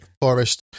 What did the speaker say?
Forest